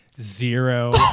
Zero